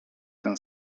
ten